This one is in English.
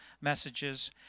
messages